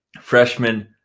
freshman